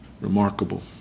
remarkable